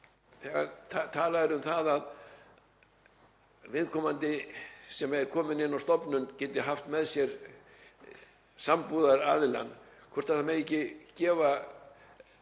þegar talað er um að viðkomandi sem er kominn inn á stofnun geti haft með sér sambúðaraðila, hvort ekki megi gefa